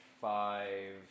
five